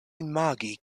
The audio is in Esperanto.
imagi